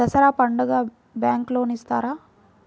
దసరా పండుగ bank loan ఇస్తారా?